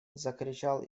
закричал